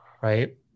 right